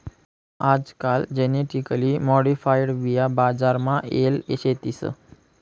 आजकाल genetically modified बिया बजार मा येल शेतीस